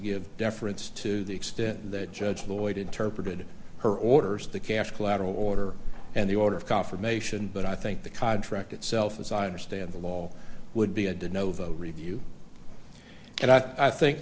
give deference to the extent that judge lloyd interpreted her orders the cash collateral order and the order of confirmation but i think the contract itself as i understand the law would be a did novo review and i think